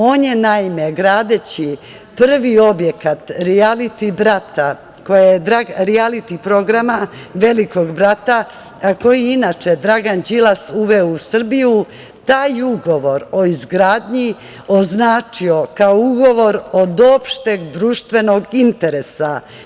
On je, naime, gradeći prvi objekat rijaliti programa „Veliki brat“, koji je inače Dragan Đilas uveo u Srbiju, taj ugovor o izgradnji označio kao ugovor od opšteg društvenog interesa.